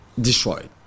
destroyed